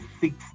six